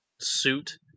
suit